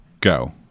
go